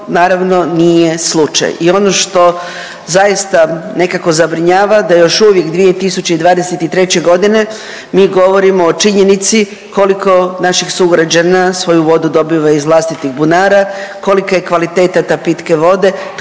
naravno nije slučaj i ono što zaista nekako zabrinjava da još uvijek 2023.g. mi govorimo o činjenici koliko naših sugrađana svoju vodu dobiva iz vlastitih bunara, kolika je kvaliteta te pitke vode,